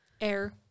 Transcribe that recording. Air